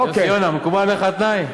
יוסי יונה, מקובל עליך התנאי?